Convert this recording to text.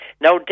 Now